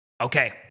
okay